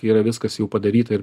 yra viskas jau padaryta ir